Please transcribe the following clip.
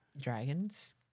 Dragons